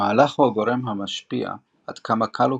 המהלך הוא גורם שמשפיע עד כמה קל או